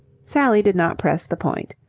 sally did not press the point.